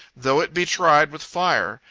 though it be tried with fire,